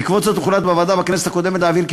בעקבות זאת הוחלט בוועדה בכנסת הקודמת להבהיר כי